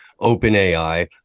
OpenAI